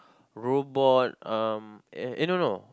robot um eh eh no no